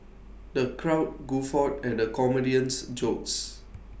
the crowd guffawed at the comedian's jokes